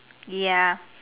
ya